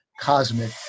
Cosmic